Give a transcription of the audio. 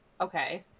okay